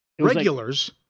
Regulars